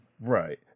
Right